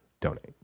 Donate